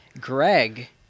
Greg